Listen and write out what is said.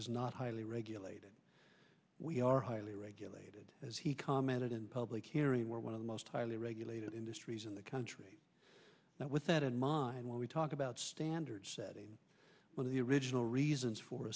is not highly regulated we are highly regulated as he commented in public hearing where one of the most highly regulated industries in the country now with that in mind when we talk about standards setting one of the original reasons for